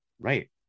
Right